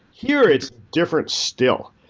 here, it's different still,